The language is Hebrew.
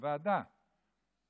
ועדה,